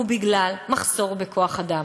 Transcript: הוא בגלל מחסור בכוח-אדם.